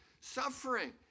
suffering